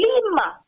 Lima